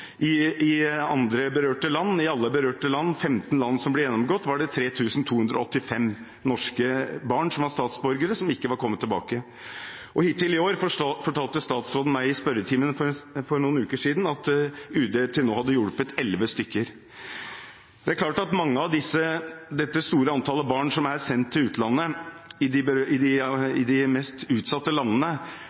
I alle berørte land – 15 – som ble gjennomgått, var det 3 285 barn som var norske statsborgere som ikke var kommet tilbake. Hittil i år – fortalte statsråden meg i spørretimen for noen uker siden – har UD hjulpet elleve stykker. Det er klart at mange i dette store antallet barn som er sendt til de mest utsatte landene, kan ha ulik skjebne. Ikke alle er på koranskole med vold osv., som vi har sett i